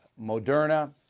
Moderna